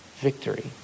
victory